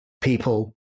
people